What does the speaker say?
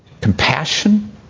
compassion